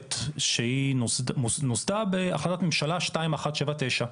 מערכת שהיא נוסדה בהחלטת ממשלה 2179,